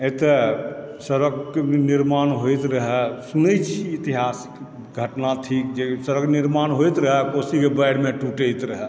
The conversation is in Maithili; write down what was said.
एतऽ सड़कके निर्माण होइत रहै सुनै छियै इतिहासमे घटना थिक जे सड़क निर्माण होइत रहै आओर कोशीके बाढ़िमे टूटैत रहै